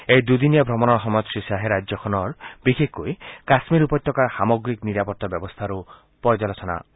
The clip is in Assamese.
এই দদিনীয়া ত্ৰমণৰ সময়ত শ্ৰীখাহে ৰাজ্যখনৰ বিশেষকৈ কাশ্মীৰ উপত্যকাৰ সামগ্ৰিক নিৰাপত্তা ব্যৱস্থাৰো পৰ্যালোচনা কৰিব